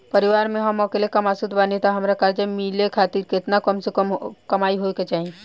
परिवार में हम अकेले कमासुत बानी त हमरा कर्जा मिले खातिर केतना कम से कम कमाई होए के चाही?